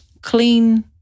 clean